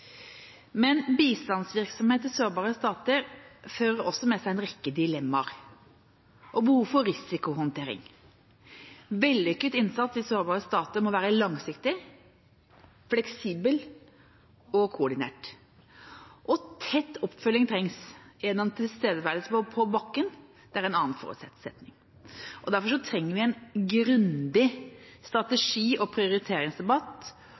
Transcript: Men bistandsvirksomhet i sårbare stater fører også med seg en rekke dilemmaer og behov for risikohåndtering. Vellykket innsats i sårbare stater må være langsiktig, fleksibel og koordinert. Og det trengs tett oppfølging gjennom tilstedeværelse på bakken – det er en annen forutsetning. Derfor trenger vi en grundig strategi- og prioriteringsdebatt